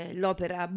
l'opera